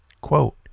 Quote